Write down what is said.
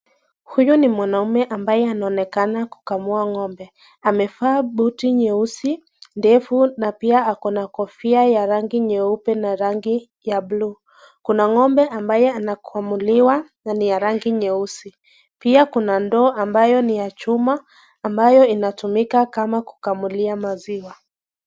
Huyu ni mwanaume ambaye anaonekana kukamua ngombe, amevaa buti nyeusi ndefu na pia Ako na kofia ya rangi nyeupe na rangi ya bluu, Kuna ngombe ambaye ana kamuliwa na ni ya rangi nyeusi, pia Kuna ndoo ambayo ni ya chuma ambaye inatumika kama kukamulia maziwa